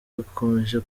akomeje